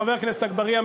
חבר הכנסת אגבאריה,